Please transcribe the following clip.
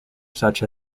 such